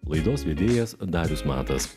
laidos vedėjas darius matas